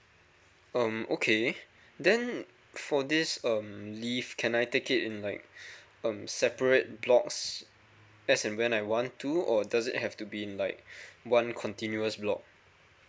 um okay then for this um leave can I take it in like um separate blocks as and when I want to or does it have to be in like one continuous block